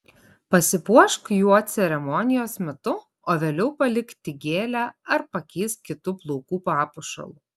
pasipuošk juo ceremonijos metu o vėliau palik tik gėlę ar pakeisk kitu plaukų papuošalu